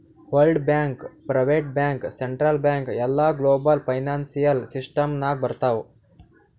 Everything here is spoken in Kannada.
world bank, private bank, central bank ಎಲ್ಲಾ ಗ್ಲೋಬಲ್ ಫೈನಾನ್ಸಿಯಲ್ ಸಿಸ್ಟಮ್ ನಾಗ್ ಬರ್ತಾವ್